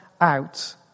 out